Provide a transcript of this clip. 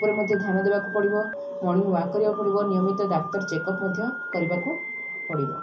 ଉପରେ ମଧ୍ୟ ଧ୍ୟାନ ଦେବାକୁ ପଡ଼ିବ ମର୍ଣ୍ଣିଂ ୱାକ୍ କରିବାକୁ ପଡ଼ିବ ନିୟମିତ ଡାକ୍ତର ଚେକଅପ୍ ମଧ୍ୟ କରିବାକୁ ପଡ଼ିବ